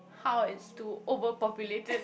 how it's too overpopulated